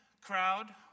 crowd